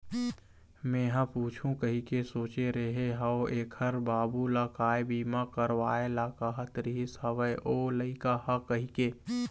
मेंहा पूछहूँ कहिके सोचे रेहे हव ऐखर बाबू ल काय बीमा करवाय ल कहत रिहिस हवय ओ लइका ह कहिके